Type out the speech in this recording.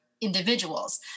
individuals